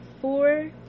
four